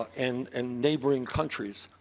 and and neighboring countries,